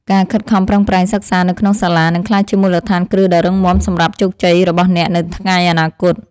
ការខិតខំប្រឹងប្រែងសិក្សានៅក្នុងសាលានឹងក្លាយជាមូលដ្ឋានគ្រឹះដ៏រឹងមាំសម្រាប់ជោគជ័យរបស់អ្នកនៅថ្ងៃអនាគត។